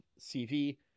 CV